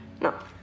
No